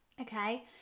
Okay